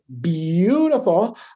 beautiful